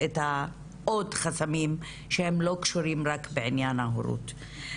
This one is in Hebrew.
עוד חסמים שהם לא קשורים רק בעניין ההורות.